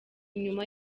nyuma